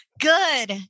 Good